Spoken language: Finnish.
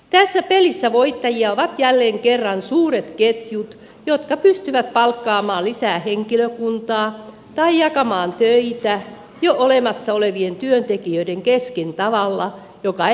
tässä pelissä voittajia ovat jälleen kerran suuret ketjut jotka pystyvät palkkaamaan lisää henkilökuntaa tai jakamaan töitä jo olemassa olevien työntekijöiden kesken tavalla joka ei pienemmiltä onnistu